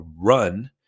Run